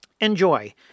Enjoy